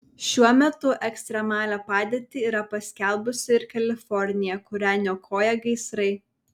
šiuo metu ekstremalią padėtį yra paskelbusi ir kalifornija kurią niokoja gaisrai